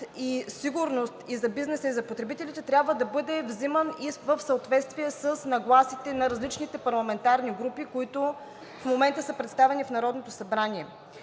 и сигурност и за бизнеса, и за потребителите, трябва да бъде взиман и в съответствие с нагласите на различните парламентарни групи, които в момента са представени в Народното събрание.